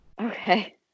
Okay